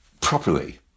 properly